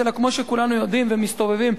אלא כמו שכולנו יודעים ומסתובבים,